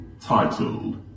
Titled